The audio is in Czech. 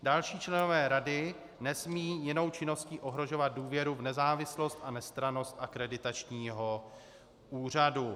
Další členové rady nesmějí jinou činností ohrožovat důvěru v nezávislost a nestrannost akreditačního úřadu.